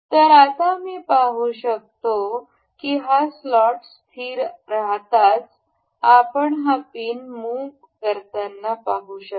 तर आता आम्ही पाहू शकतो की हा स्लॉट स्थिर राहताच आपण हा पिन मुह करताना पाहू शकता